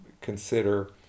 consider